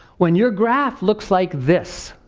when your graph looks like this,